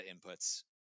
inputs